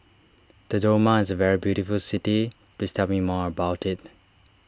Dodoma is a very beautiful city please tell me more about it